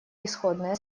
исходное